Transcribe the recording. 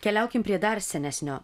keliaukim prie dar senesnio